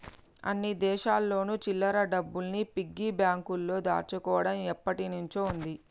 అన్ని దేశాల్లోను చిల్లర డబ్బుల్ని పిగ్గీ బ్యాంకులో దాచుకోవడం ఎప్పటినుంచో ఉంది